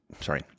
sorry